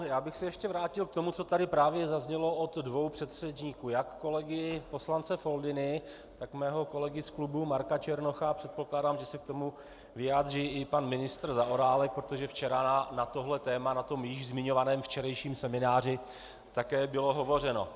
Vrátil bych se ještě k tomu, co tady právě zaznělo od dvou předřečníků, jak kolegy poslance Foldyny, tak mého kolegy z klubu Marka Černocha, a předpokládám, že se k tomu vyjádří i pan ministr Zaorálek, protože včera na tohle téma na tom již zmiňovaném včerejším semináři také bylo hovořeno.